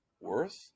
worth